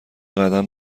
قدم